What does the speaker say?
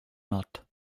not